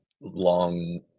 long